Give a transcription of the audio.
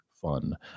fun